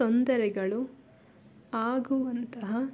ತೊಂದರೆಗಳು ಆಗುವಂತಹ